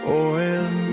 oil